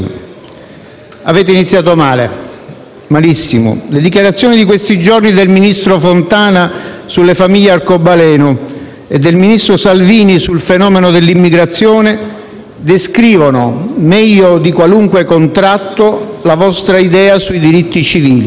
Avete iniziato male, malissimo: le dichiarazioni di questi giorni del ministro Fontana sulle famiglie arcobaleno e del ministro Salvini sul fenomeno dell'immigrazione descrivono, meglio di qualunque contratto, la vostra idea sui diritti civili.